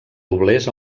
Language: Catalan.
doblers